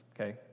okay